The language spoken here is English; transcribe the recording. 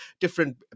different